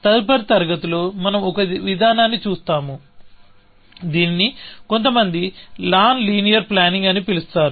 తదుపరి తరగతిలో మనం ఒక విధానాన్ని చూస్తాము దీనిని కొంతమంది నాన్ లీనియర్ ప్లానింగ్ అని పిలుస్తారు